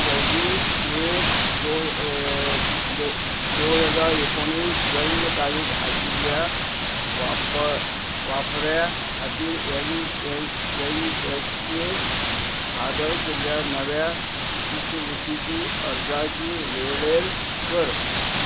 सव्वीस एक दोन दोन हजार एकोणीस जल्म तारीख आशिल्ल्या वापर वापर्या खातीर N N N S T सादर केल्ल्या नव्या शिश्यवृत्तीची अर्जाची वेळेर कर